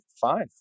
fine